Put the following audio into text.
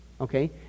okay